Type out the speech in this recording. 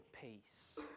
peace